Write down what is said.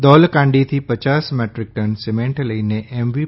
દૌલકાંડીથી પચાસ metric ton cement લઈને એમ વીં